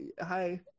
Hi